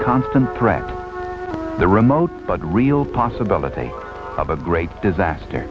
constant threat the remote but real possibility of a great disaster